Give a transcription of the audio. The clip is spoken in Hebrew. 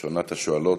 ראשונת השואלות,